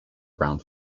ground